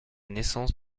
naissance